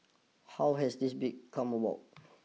how has this come about